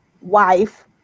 wife